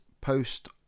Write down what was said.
post